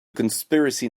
conspiracy